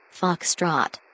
Foxtrot